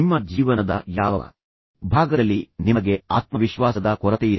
ನಿಮ್ಮ ಜೀವನದ ಯಾವ ಭಾಗದಲ್ಲಿ ನಿಮಗೆ ಆತ್ಮವಿಶ್ವಾಸದ ಕೊರತೆಯಿದೆ